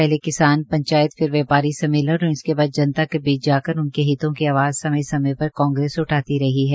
पहले किसान पंचायत फिर व्यापारी सम्मेलन और इसके बाद जनता के बीच जाकर उनके हितों की आवाज समय समय पर कांग्रेस उठाती रही है